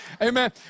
Amen